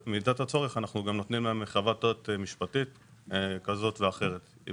נותנים להם חוות דעת משפטית כזאת או אחרת.